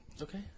Okay